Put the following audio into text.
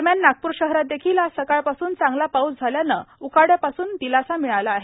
दरम्यान नागपूर शहरात देखील आज सकाळपासून चांगला पाऊस झाल्यानं उकाड्यापासून दिलासा मिळाला आहे